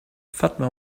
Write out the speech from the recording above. fatima